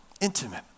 Intimate